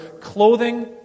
clothing